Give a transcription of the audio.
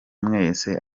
mwese